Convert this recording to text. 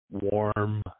warm